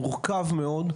מורכב מאוד,